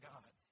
God